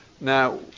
Now